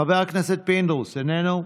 חבר הכנסת פינדרוס, איננו.